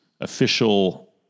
official